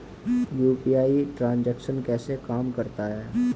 UPI transaction कैसे काम करता है?